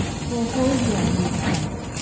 for a whole year i lived thus,